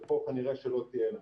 ופה כנראה שלא תהיה לנו.